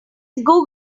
google